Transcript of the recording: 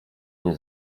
nie